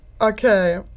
Okay